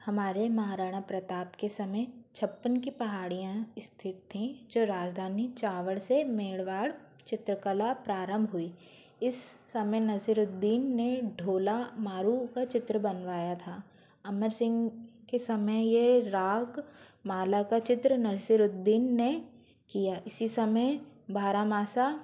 हमारे महाराणा प्रताप के समय छप्पन की पहाड़ियाँ स्थित थीं जो राजधानी चावड़ से मेड़वाड़ चित्रकला प्रारंभ हुई इस समय नसिरुद्दीन ने ढोला मारू का चित्र बनवाया था अमर सिंह के समय ये राग माला का चित्र नसिरुद्दीन ने किया इसी समय बारह मासा